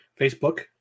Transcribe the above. Facebook